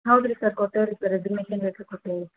ಹೌದು ರೀ ಸರ್ ಕೊಟ್ಟಿವಿ ರೀ ಸರ್ ರೆಸಿಗ್ನೇಷನ್ ಲೆಟ್ರ್ ಕೊಟ್ಟಿವಿ ರೀ